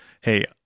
Hey